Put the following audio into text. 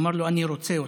אמר לו: אני רוצה אותה.